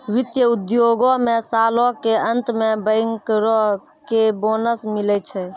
वित्त उद्योगो मे सालो के अंत मे बैंकरो के बोनस मिलै छै